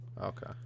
Okay